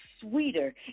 sweeter